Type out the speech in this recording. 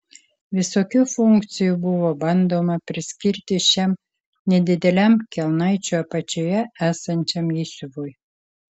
visokių funkcijų buvo bandoma priskirti šiam nedideliam kelnaičių apačioje esančiam įsiuvui